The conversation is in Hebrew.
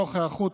לצורך היערכות,